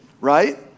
right